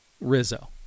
Rizzo